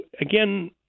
again